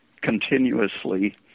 continuously